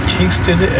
tasted